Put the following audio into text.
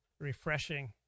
refreshing